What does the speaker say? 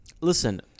Listen